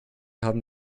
haben